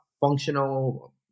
functional